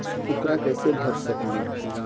ऊकरा कैसे भर सकीले?